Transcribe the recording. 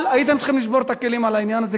אבל הייתם צריכים לשבור את הכלים על העניין הזה,